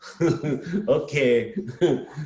Okay